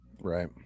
Right